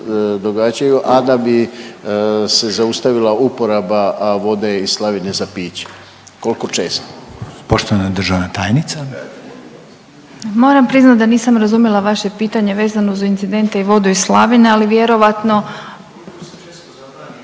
a da bi se zaustavila uporaba vode iz slavine za piće. Koliko često? **Reiner, Željko (HDZ)** Poštovana državna tajnica. **Bubaš, Marija** Moram priznati da nisam razumjela vaše pitanje vezano za incidente i vodu iz slavine, ali vjerojatno,